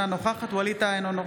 אינה נוכחת ווליד טאהא,